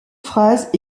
phrases